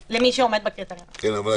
בקבוק ביחס למי שלא מתחסן ומחלים,